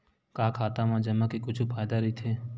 का खाता मा जमा के कुछु फ़ायदा राइथे?